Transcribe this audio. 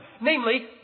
Namely